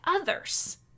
others